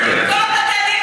אני מצטערת,